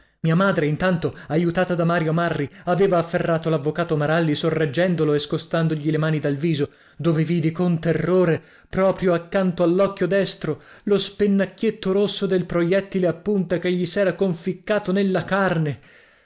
mia madre intanto aiutata da mario marri aveva afferrato l'avvocato maralli sorreggendolo e scostandogli le mani dal viso dove vidi con terrore proprio accanto all'occhio destro lo spennacchietto rosso del proiettile a punta che gli s'era conficcato nella carne